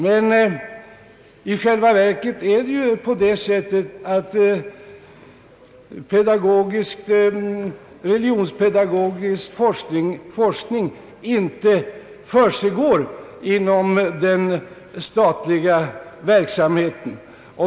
Men i själva verket är det ju så att någon som helst religionspedagogisk forskning inte förekommer inom den statliga verksamheten.